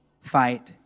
fight